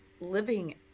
living